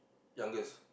youngest